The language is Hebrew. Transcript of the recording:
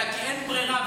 אלא כי אין ברירה,